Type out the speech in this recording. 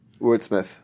wordsmith